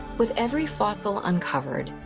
with every fossil uncovered,